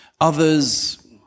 others